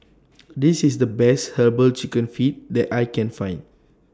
This IS The Best Herbal Chicken Feet that I Can Find